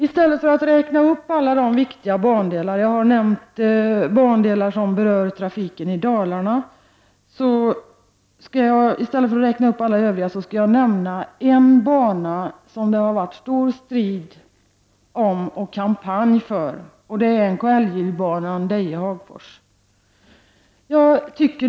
I stället för att räkna upp alla viktiga bandelar — jag har redan nämnt några bandelar som berör trafiken i Dalarna — vill jag nämna en bana som det har varit stor strid om och kampanj för, nämligen NKIJ-banan Deje Hagfors.